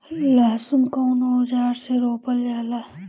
लहसुन कउन औजार से रोपल जाला?